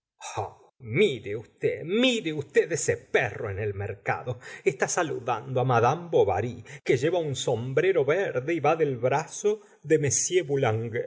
mire usted mire usted ese perro en el mercado está saludando á madame bovary que lleva un sombrero verde y va del brazo de m